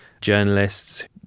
journalists